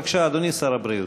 בבקשה, אדוני שר הבריאות.